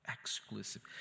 Exclusive